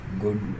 good